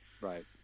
Right